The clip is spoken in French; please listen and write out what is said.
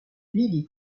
lily